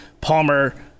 Palmer